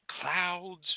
clouds